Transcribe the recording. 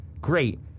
great